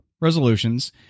resolutions